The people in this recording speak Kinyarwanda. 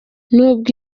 n’ubwo